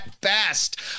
best